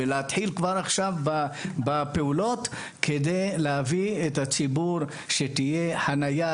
ולהתחיל כבר עכשיו בפעולות כדי לאפשר להביא את הציבור ושתהיה חנייה.